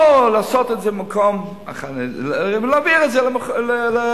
לא לעשות את זה במקום אחר, להעביר את זה לחנייה.